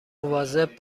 مواظب